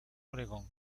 oregon